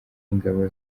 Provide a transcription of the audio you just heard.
ingabo